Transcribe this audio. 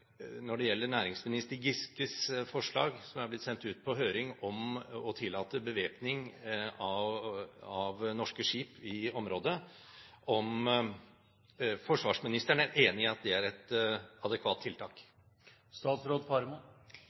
Når det gjelder næringsminister Giskes forslag, som er blitt sendt ut på høring, om å tillate bevæpning av norske skip i området, vil jeg spørre om forsvarsministeren er enig i at det er et adekvat